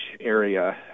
area